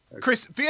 Chris